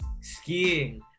Skiing